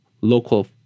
local